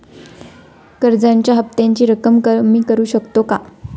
कर्जाच्या हफ्त्याची रक्कम कमी करू शकतो का?